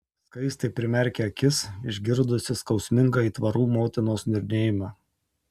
skaistė primerkė akis išgirdusi skausmingą aitvarų motinos niurnėjimą